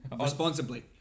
Responsibly